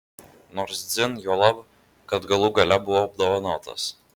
nors dzin juolab kad galų gale buvau apdovanotas